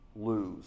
lose